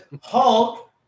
Hulk